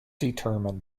determine